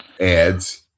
ads